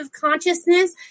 consciousness